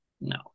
No